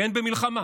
כן, במלחמה.